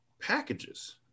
packages